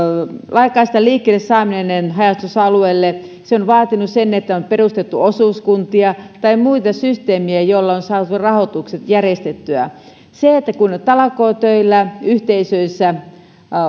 laajakaistan liikkeelle saaminen haja asutusalueille on vaatinut sen että on perustettu osuuskuntia tai muita systeemejä joilla on saatu rahoitukset järjestettyä kun talkootöillä yhteisöissä